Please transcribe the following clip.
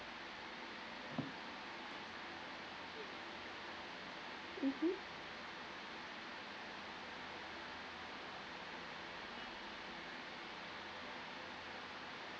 (mmmhm)